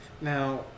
now